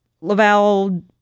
Laval